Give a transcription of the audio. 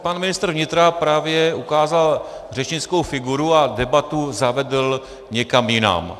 Pan ministr vnitra právě ukázal řečnickou figuru a debatu zavedl někam jinak.